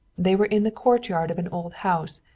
they were in the courtyard of an old house,